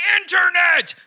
internet